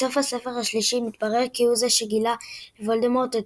בסוף הספר השלישי מתברר כי הוא זה שגילה לוולדמורט את